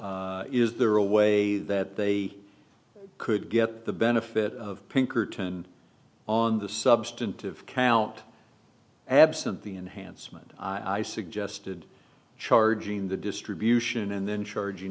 swine is there a way that they could get the benefit of pinkerton on the substantive count absent the enhancement i suggested charging the distribution and then charging